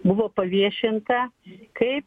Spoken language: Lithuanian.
buvo paviešinta kaip